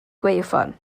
gwaywffon